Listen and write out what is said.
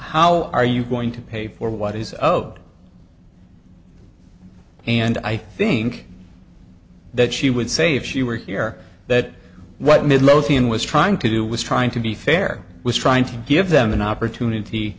how are you going to pay for what is owed and i think that she would say if she were here that what midlothian was trying to do was trying to be fair was trying to give them an opportunity